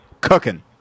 cooking